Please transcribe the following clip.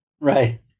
Right